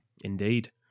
Indeed